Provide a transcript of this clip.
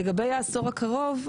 לגבי העשור הקרוב,